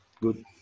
Good